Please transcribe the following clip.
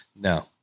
no